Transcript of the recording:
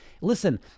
Listen